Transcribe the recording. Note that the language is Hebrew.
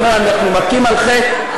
אני אומר, אנחנו מכים על חטא.